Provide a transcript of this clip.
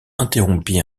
interrompit